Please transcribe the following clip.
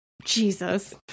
jesus